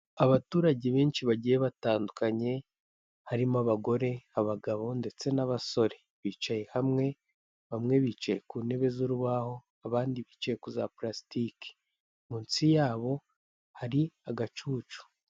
Abaturage benshi bagiye batandukanye, harimo abagore, abagabo ndetse n'abasore, bicaye hamwe, bamwe bicaye ku ntebe z'urubaho abandi bicaye ku za palasitike, munsi yabo hari agacucu.